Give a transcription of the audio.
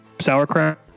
Sauerkraut